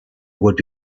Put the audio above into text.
would